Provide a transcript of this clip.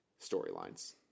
storylines